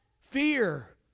fear